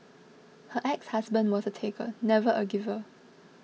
her exhusband was a taker never a giver